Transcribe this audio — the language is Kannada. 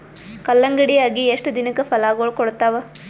ಕಲ್ಲಂಗಡಿ ಅಗಿ ಎಷ್ಟ ದಿನಕ ಫಲಾಗೋಳ ಕೊಡತಾವ?